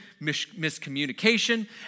miscommunication